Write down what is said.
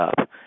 up